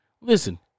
Listen